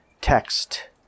text